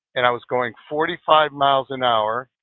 and i was going forty five miles an hour,